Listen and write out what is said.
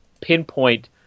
pinpoint